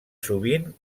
sovint